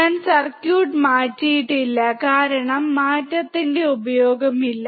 ഞാൻ സർക്യൂട്ട് മാറ്റിയിട്ടില്ല കാരണം മാറ്റത്തിന്റെ ഉപയോഗമില്ല